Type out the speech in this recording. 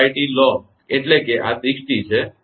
5T લો છો એટલેકે આ 6T છે આ 7T છે